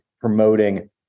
promoting